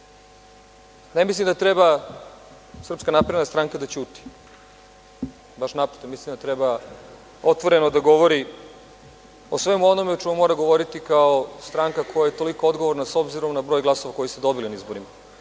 Ne mislim da treba SNS da ćuti. Baš naprotiv, mislim da treba otvoreno da govori o svemu onome o čemu mora govoriti kao stranka koja je toliko odgovorna, s obzirom na broj glasova koji ste dobili na izborima.